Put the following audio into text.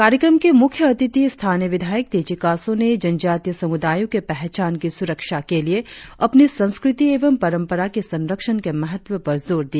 कार्यक्रम के मुख्य अतिथि स्थानीय विधायक तेची कासो ने जनजातीय समुदायों की पहचान की सुरक्षा के लिए अपनी संस्कृति एवं परपंरा के संरक्षण के महत्व पर जोर दिया